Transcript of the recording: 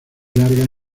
largas